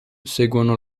seguono